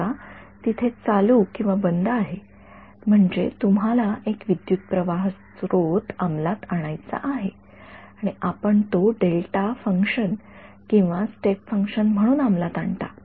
समजा तिथे चालूबंद आहे म्हणजे तुम्हाला एक विद्युतप्रवाह स्त्रोत अंमलात आणायचा आहे आणि आपण तो डेल्टा फंक्शन किंवा स्टेप फंक्शन म्हणून अंमलात आणता